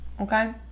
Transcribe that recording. Okay